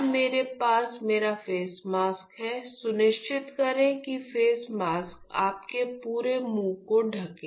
अब मेरे पास मेरा फेस मास्क है सुनिश्चित करें कि फेस मास्क आपके पूरे मुंह को ढके